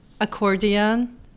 accordion